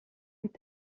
mit